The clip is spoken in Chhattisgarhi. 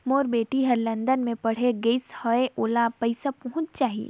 मोर बेटी हर लंदन मे पढ़े गिस हय, ओला पइसा पहुंच जाहि?